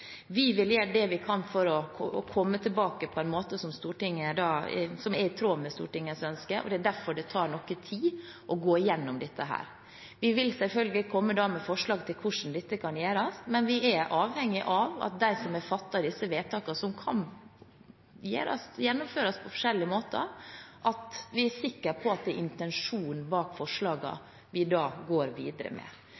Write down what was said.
Vi vil gjøre det vi kan for å komme tilbake på en måte som er i tråd med Stortingets ønske. Det er derfor det tar noe tid å gå gjennom dette. Da vil vi selvfølgelig komme med forslag til hvordan dette kan gjøres, men vi er avhengig av, med tanke på de som har fattet disse vedtakene, som kan gjennomføres på forskjellige måter, å være sikre på at det er intensjonen bak